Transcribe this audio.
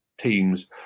teams